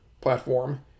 platform